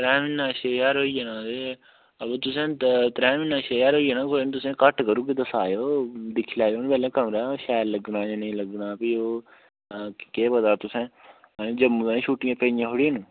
त्रै म्हीनें दा छेह् ज्हार होई जाना ते अगर तु'सें त्रै महिने दा छेह् ज्हार होई जाना होई नी तु'सें गी घट्ट करी ओड़गे तुस आए ओ दिक्खी लैऔ नी पैह्ले कमरा शैल लगना जा नेईं लगना फ्ही ओह् केह् पता तु'सें जम्मू अजें छुटियां पेईं आं थोड़ी न